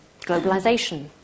globalisation